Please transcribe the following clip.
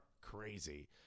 crazy